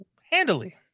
Handily